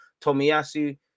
Tomiyasu